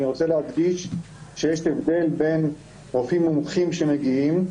אני רוצה להדגיש שיש הבדל בין רופאים מומחים שמגיעים,